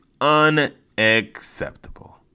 unacceptable